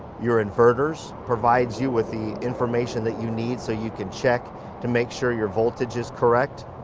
your inverters. provides you with the information that you need so you can check to make sure your voltage is correct.